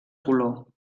color